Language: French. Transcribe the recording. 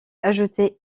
ajoutés